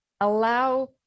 allow